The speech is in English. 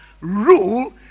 rule